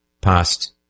past